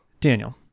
Daniel